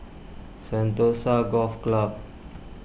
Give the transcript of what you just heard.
Sentosa Golf Club